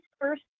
first